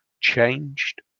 changed